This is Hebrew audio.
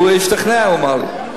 הוא השתכנע, הוא אמר לי.